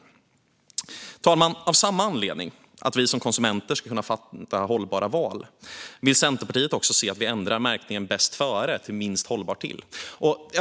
Fru talman! Av samma anledning, att vi konsumenter ska kunna göra hållbara val, vill Centerpartiet också se att vi ändrar märkningen "bäst före" till "minst hållbar till".